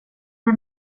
det